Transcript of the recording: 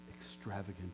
extravagant